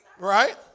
Right